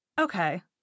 Okay